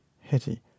Hetty